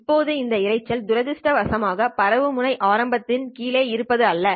இப்போது இந்த இரைச்சல் துரதிர்ஷ்டவசமாக பரவும் முறை ஆரம்பத்தில் கீழே இருப்பது அல்ல